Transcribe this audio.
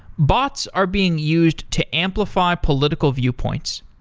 bots are being used to amplify political viewpoints.